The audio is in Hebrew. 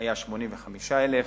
היה 85,000,